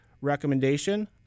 recommendation